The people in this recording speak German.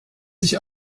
sich